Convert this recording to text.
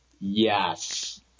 Yes